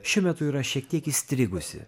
šiuo metu yra šiek tiek įstrigusi